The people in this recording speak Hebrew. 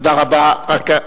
תודה רבה.